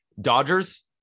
Dodgers